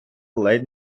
ледь